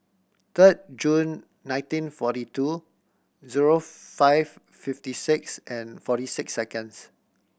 third June nineteen forty two zero five fifty six and forty six seconds